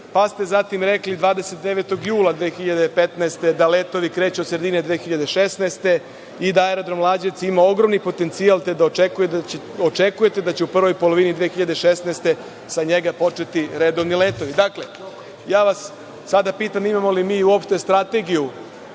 pa ste zatim rekli 29. jula 2015. godine da letovi kreću od sredine 2016. godine i da aerodrom Lađevci ima ogroman potencijal, te da očekujete da će u prvoj polovini 2016. godine sa njega početi redovni letovi. Dakle, ja vas sada pitam – imamo li mi uopšte strategiju